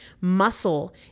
Muscle